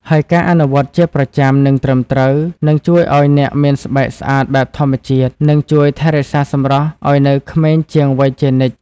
ហើយការអនុវត្តន៍ជាប្រចាំ និងត្រឹមត្រូវ នឹងជួយឱ្យអ្នកមានស្បែកស្អាតបែបធម្មជាតិ និងជួយថែរក្សាសម្រស់ឱ្យនៅក្មេងជាងវ័យជានិច្ច។